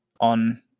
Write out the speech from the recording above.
on